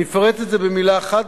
אני אפרט את זה במלה אחת,